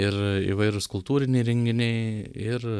ir įvairūs kultūriniai renginiai ir